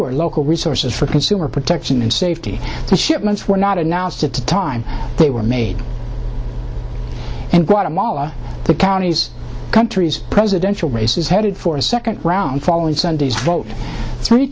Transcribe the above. fewer local resources for consumer protection and safety shipments were not announced at the time they were made and guatemala the county's country's presidential race is headed for a second round following sunday's vote three